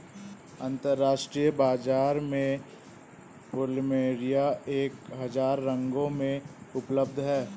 अंतरराष्ट्रीय बाजार में प्लुमेरिया एक हजार रंगों में उपलब्ध हैं